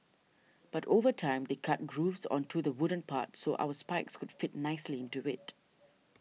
but over time they cut grooves onto the wooden part so our spikes could fit nicely into it